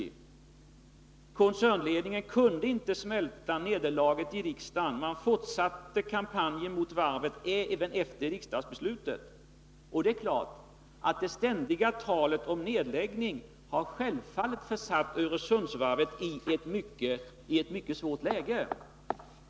Regeringen och koncernledningen kunde inte smälta nederlaget i riksdagen utan fortsatte kampanjen mot varvet även efter det att riksdagsbeslutet hade fattats. Det är klart att det ständiga talet om nedläggning har försatt Öresundsvarvet i ett mycket svårt läge.